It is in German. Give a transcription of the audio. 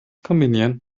kombinieren